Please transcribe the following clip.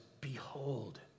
behold